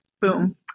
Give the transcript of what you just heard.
Boom